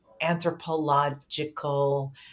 anthropological